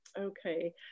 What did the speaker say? Okay